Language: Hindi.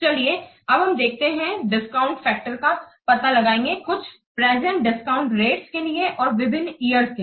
चलिए अब हम देखते हैं हम डिस्काउंट फैक्टर का पता लगाएंगे कुछ परसेंटडिस्काउंट रेट्स के लिए और विभिन्न इयर्सके लिए